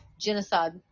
Genocide